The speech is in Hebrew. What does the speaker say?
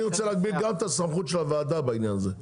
אני רוצה גם להגביל את הסמכות של הוועדה בעניין הזה.